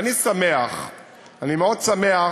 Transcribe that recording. ואני שמח, אני מאוד שמח